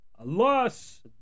Alas